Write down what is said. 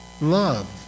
love